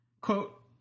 Quote